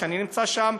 ואני נמצא שם,